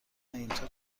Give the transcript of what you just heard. اینطور